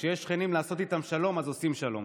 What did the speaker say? כשיש שכנים לעשות איתם שלום, אז עושים שלום.